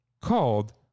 called